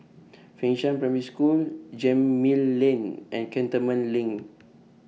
Fengshan Primary School Gemmill Lane and Cantonment LINK